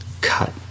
cut